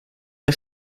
der